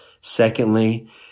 Secondly